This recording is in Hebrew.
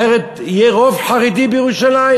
אחרת יהיה רוב חרדי בירושלים.